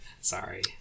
sorry